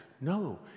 No